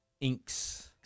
inks